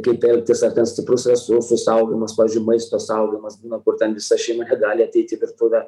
kaip elgtis ar ten stiprus resursų saugojimas pavyzdžiui maisto saugojimas būna kur ten visa šeima negali ateit į virtuvę